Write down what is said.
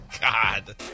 God